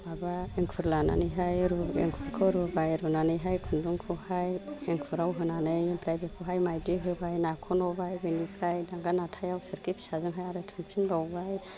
माबा इंखुर लानानैहाय इंखुरखौ रुबाय रुनानैहाय खुन्दुंखौहाय इंखुराव होनानै आमफ्राय बेखौहाय मायदि होबाय नाखनबाय बेनिफ्राय दाङा नाथायाव सोरखि फिसाजों आरो थुनफिनबावबाय